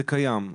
זה קיים,